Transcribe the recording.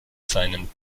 seinem